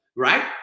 Right